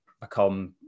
become